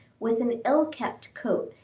with an ill-kept coat,